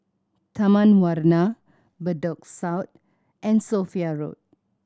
Taman Warna Bedok South and Sophia Road